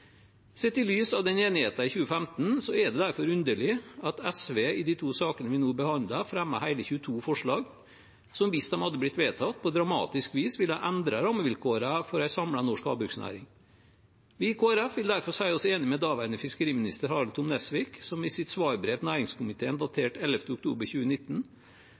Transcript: Sett i lys av enigheten i 2015 er det derfor underlig at SV i de to sakene vi nå behandler, fremmer hele 22 forslag, som hvis de hadde blitt vedtatt, på dramatisk vis ville ha endret rammevilkårene for en samlet norsk havbruksnæring. Vi i Kristelig Folkeparti vil derfor si oss enig med daværende fiskeriminister Harald Tom Nesvik, som i sitt svarbrev til næringskomiteen datert 11. oktober 2019